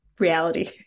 reality